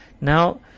Now